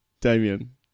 Damien